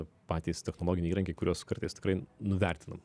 patys technologiniai įrankiai kuriuos kartais tikrai nuvertinam